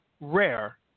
Rare